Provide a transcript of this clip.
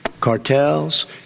cartels